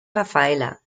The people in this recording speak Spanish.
rafaela